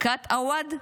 קט עואד?